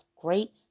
great